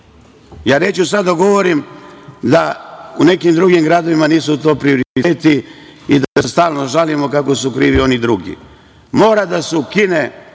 Neću sada da govorim da u nekim drugim gradovima nisu to prioriteti i da se stalno žalimo kako su krivi oni drugi. Mora da se ukine,